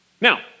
Now